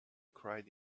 cried